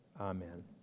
amen